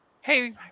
Hey